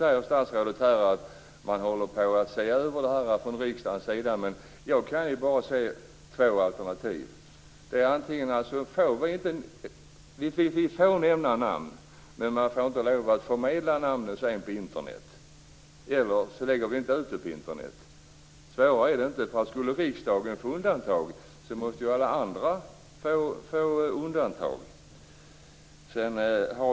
Statsrådet säger här att riksdagen håller på att se över detta, men jag kan bara se två alternativ. Antingen får man nämna namn, men att namnet inte får förmedlas på Internet eller också läggs inte protokollen ut på Internet. Svårare är det inte. Skulle riksdagen medges undantag måste ju alla andra få göra undantag.